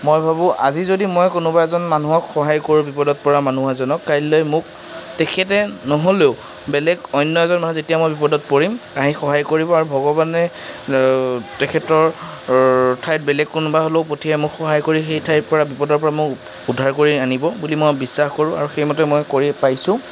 মই ভাবোঁ আজি যদি মই কোনোবা এজন মানুহক সহায় কৰোঁ বিপদত পৰা মানুহ এজনক কাইলৈ মোক তেখেতে নহ'লেও বেলেগ অন্য় এজন মানুহে যেতিয়া মই বিপদত পৰিম আহি সহায় কৰিব আৰু ভগৱানে তেখেতৰ ঠাইত বেলেগ কোনোবা হ'লেও পঠিয়াই মোক সহায় কৰি সেই ঠাইৰপৰা বিপদৰপৰা মোক উদ্ধাৰ কৰি আনিব বুলি মই বিশ্বাস কৰোঁ আৰু সেইমতে মই কৰি পাইছোঁ